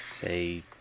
say